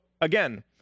again